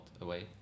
away